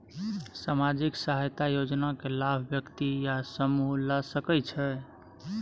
सामाजिक सहायता योजना के लाभ व्यक्ति या समूह ला सकै छै?